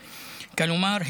כלומר,